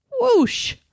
Whoosh